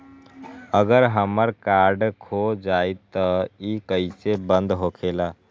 अगर हमर कार्ड खो जाई त इ कईसे बंद होकेला?